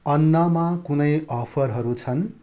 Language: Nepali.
अन्नमा कुनै अफरहरू छन्